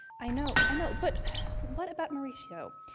i know, i know, but what about mauricio?